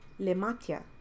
lematia